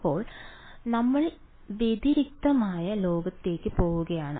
ഇപ്പോൾ നമ്മൾ വ്യതിരിക്തമായ ലോകത്തേക്ക് പോകുകയാണ്